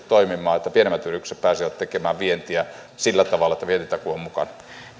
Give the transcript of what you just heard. toimimaan että pienemmät yritykset pääsevät tekemään vientiä sillä tavalla että vientitakuu on mukana